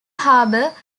harbour